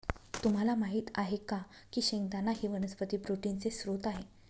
तुम्हाला माहित आहे का की शेंगदाणा ही वनस्पती प्रोटीनचे स्त्रोत आहे